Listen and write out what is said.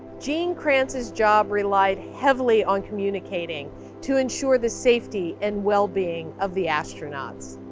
gene kranz's job relied heavily on communicating to ensure the safety and wellbeing of the astronauts.